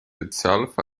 itself